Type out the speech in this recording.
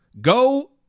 go